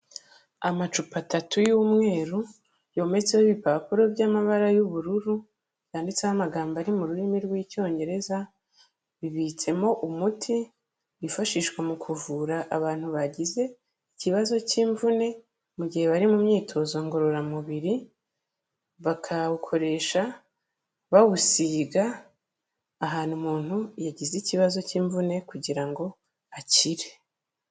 Amacupa atatu y'umweru yometseho ibipapuro by'amabara y'ubururu, yanditseho amagambo ari mu rurimi rw'icyongereza, bibitsemo umuti wifashishwa mu kuvura abantu bagize ikibazo cy'imvune mu gihe bari mu myitozo ngororamubiri, bakawukoresha bawusiga ahantu umuntu yagize ikibazo cy'imvune kugira ngo akire.